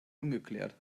ungeklärt